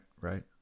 right